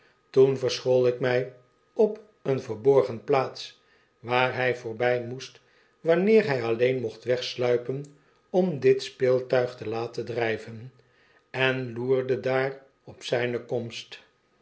toen verschool ik mij op een verborgen plaats waar hij voorbij moest wanneer hij aileen mocht wegsluipen om dit speeltuig te laten drijven en toerde daar op zijne komst